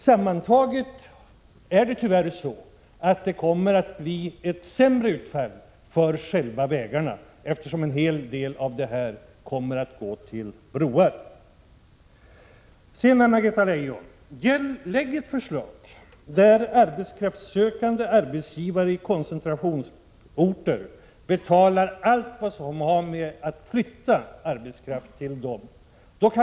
Sammantaget kommer det tyvärr att bli ett sämre utfall för själva vägarna, eftersom en hel del av pengarna kommer att gå till broar. Lägg fram ett förslag, Anna-Greta Leijon, som innebär att arbetskraftssökande arbetsgivare i koncentrationsorter får betala allt som har med flyttning av arbetskraft till dem att göra.